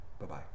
Bye-bye